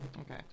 Okay